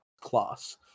class